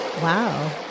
Wow